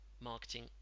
marketing